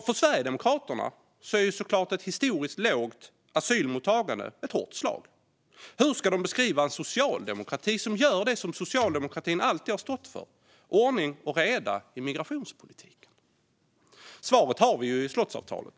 För Sverigedemokraterna är såklart ett historiskt lågt asylmottagande ett hårt slag. Hur ska de beskriva en socialdemokrati som gör det som socialdemokratin alltid har stått för, nämligen ordning och reda i migrationspolitiken? Svaret har vi i slottsavtalet.